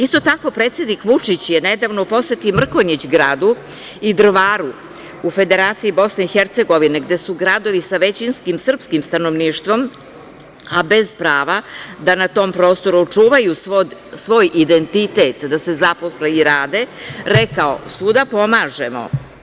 Isto tako predsednik Vučić je nedavno u poseti Mrkonjić Gradu i Drvaru u Federaciji BiH, gde su gradovi sa većinskim srpskim stanovništvom, a bez prava da na tome prostoru čuvaju svoj identitet, da se zaposle i rade, rekao – svuda pomažemo.